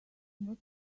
not